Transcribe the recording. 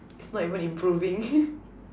it's not even improving